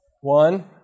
One